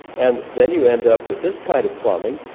and then you end up with this kind of plumbing.